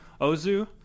Ozu